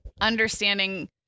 understanding